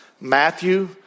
Matthew